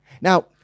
Now